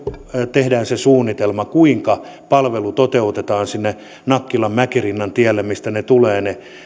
tehdään se suunnitelma kuinka palvelu toteutetaan sinne nakkilan mäkirinnantielle mistä ne